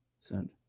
Send